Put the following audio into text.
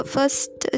First